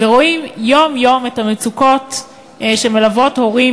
ורואים יום-יום את המצוקות שמלוות הורים